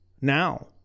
Now